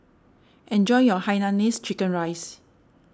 enjoy your Hainanese Chicken Rice